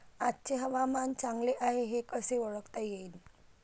आजचे हवामान चांगले हाये हे कसे ओळखता येईन?